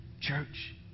church